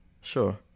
Sure